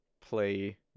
play